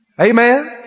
Amen